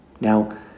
Now